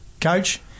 coach